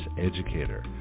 educator